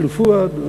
של פואד,